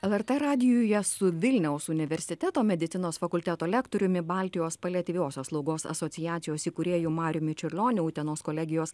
lrt radijuje su vilniaus universiteto medicinos fakulteto lektoriumi baltijos paliatyviosios slaugos asociacijos įkūrėju mariumi čiurlioniu utenos kolegijos